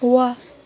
वाह